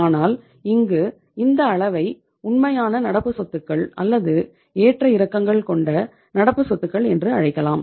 ஆனால் இங்கு இந்த அளவை உண்மையான நடப்பு சொத்துக்கள் அல்லது ஏற்ற இறக்கங்கள் கொண்ட நடப்பு சொத்துக்கள் என்று அழைக்கலாம்